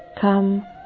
come